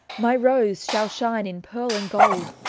my rose shall shine in pearle and golde,